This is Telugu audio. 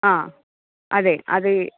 అదే అది